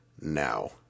now